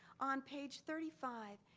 on page thirty five,